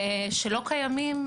שלא קיימים,